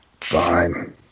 Fine